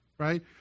right